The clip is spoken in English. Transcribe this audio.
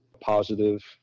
positive